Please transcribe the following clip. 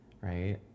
right